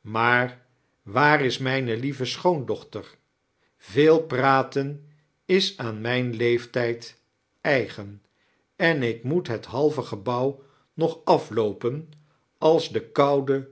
maar waar i mijne meve sohoandochter veel praten i aan mijn leeftijd eigen en ik raoet het halftre gebouw nog afloopenv ajs de koude